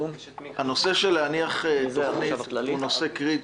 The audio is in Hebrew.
הצורך להניח תוכנית הוא נושא קריטי.